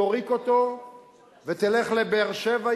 תריק אותו ותלך לבאר-שבע,